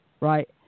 right